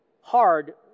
hard